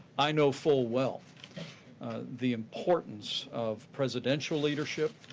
i know full well the importance of presidential leadership,